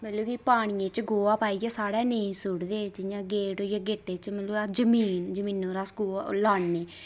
मतलब कि पानियै च गोहा पाइयै साढ़े नेईं सुट्टदे जियां गेट होइया गेटै च मतलब अस नेईं सुट्टदे जियां जमीन पर अस गोहा लानै